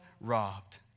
robbed